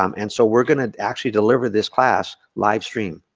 um and so we are gonna actually deliver this class live stream.